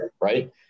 right